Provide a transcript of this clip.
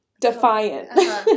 defiant